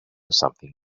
something